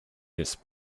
this